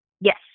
yes